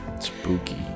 spooky